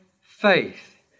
faith